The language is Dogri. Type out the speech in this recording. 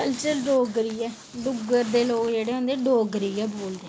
कल्चर डोगरी ऐ डुग्गर दे लोक जेह्ड़े होंदे डोगरी गै बोलदे